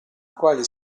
quali